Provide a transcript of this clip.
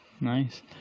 Nice